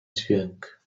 dźwięk